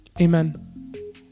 Amen